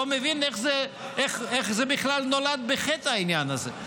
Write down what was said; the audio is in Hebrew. לא מבין איך בכלל נולד בחטא העניין הזה.